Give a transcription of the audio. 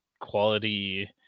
quality